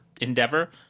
endeavor